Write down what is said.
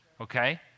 okay